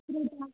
Patnitop